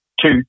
two